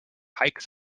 hikes